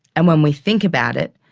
and when we think about it,